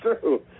true